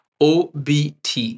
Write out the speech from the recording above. obt